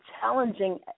challenging